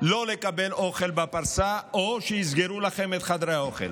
לא לקבל אוכל בפרסה, או שיסגרו לכם את חדרי האוכל.